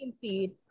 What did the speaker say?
seed